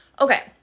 okay